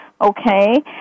Okay